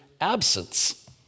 absence